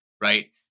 right